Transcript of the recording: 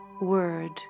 word